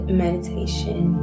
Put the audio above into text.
meditation